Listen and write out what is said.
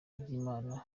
ry’imana